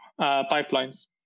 pipelines